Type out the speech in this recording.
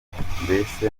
mbese